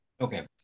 Okay